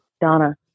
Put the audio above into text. Donna